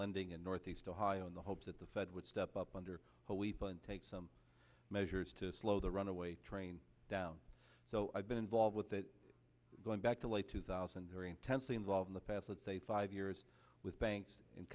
lending in northeast ohio in the hope that the fed would step up under what we've been take some measures to slow the runaway train down so i've been involved with that going back to late two thousand very intensely involved in the past let's say five years with banks and